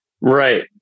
Right